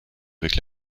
avec